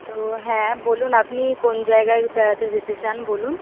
তো হ্যাঁ বলুন আপনি কোন জায়গায় বেড়াতে যেতে চান বলুন